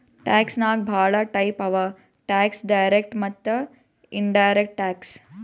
tax ನಾಗ್ ಭಾಳ type ಅವಾ ಟ್ಯಾಕ್ಸ್ ಡೈರೆಕ್ಟ್ ಮತ್ತ ಇನಡೈರೆಕ್ಟ್ ಟ್ಯಾಕ್ಸ್